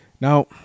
Now